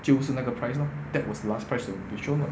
就是那个 price lor that was last price to be shown lah